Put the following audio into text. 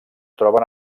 troben